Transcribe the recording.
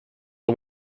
are